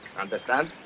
understand